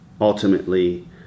ultimately